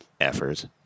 efforts